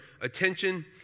attention